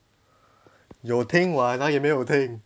有听 [what] 哪里没有听